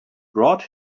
brought